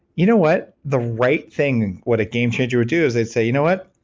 you know what? the right thing, what a game changer would do is they'd say, you know what?